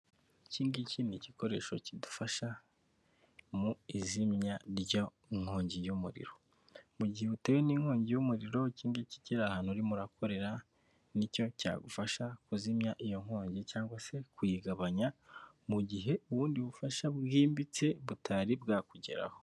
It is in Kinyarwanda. Iki ngiki ni igikoresho kidufasha mu izimya ry'inkongi y'umuriro mu gihe utewe n'inkongi y'umuriro iki ngiki ahantu harimo urakorera ni cyo cyagufasha kuzimya iyo nkongi cyangwa se kuyigabanya mu gihe ubundi bufasha bwimbitse butari bwakugeraho.